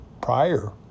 prior